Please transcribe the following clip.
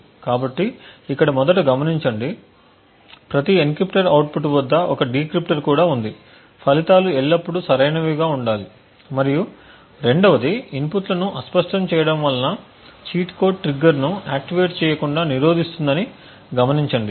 కాబట్టి ఇక్కడ మొదట గమనించండి ప్రతి ఎన్క్రిప్టర్ అవుట్పుట్ వద్ద ఒక డిక్రిప్టర్ కూడా ఉంది ఫలితాలు ఎల్లప్పుడూ సరైనవిగా ఉండాలి మరియు రెండవది ఇన్పుట్లను అస్పష్టం చేయడం వలన చీట్ కోడ్ ట్రిగ్గర్ను ఆక్టివేట్ చేయకుండా నిరోధిస్తుందని గమనించండి